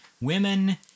women